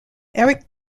eric